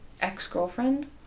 ex-girlfriend